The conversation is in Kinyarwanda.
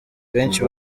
benshi